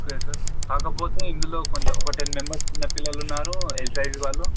okay sir కాకపోతే ఇందులో కొంత ఒక టెన్ మెంబెర్స్ చిన్న పిల్లలున్నారు ఎల్ సైజ్ వాళ్ళు